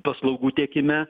paslaugų tiekime